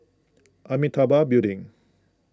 Amitabha Building